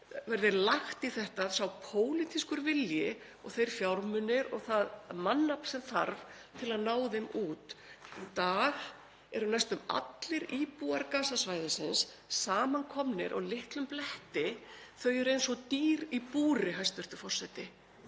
verði lagður í þetta sá pólitíski vilji og þeir fjármunir og það mannafl sem þarf til að ná þeim út. Í dag eru næstum allir íbúar Gaza-svæðisins samankomnir á litlum bletti. Þau eru eins og dýr í búri, hæstv. forseti.